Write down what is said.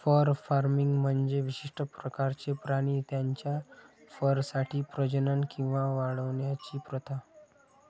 fur farming म्हणजे विशिष्ट प्रकारचे प्राणी त्यांच्या फरसाठी प्रजनन किंवा वाढवण्याची प्रथा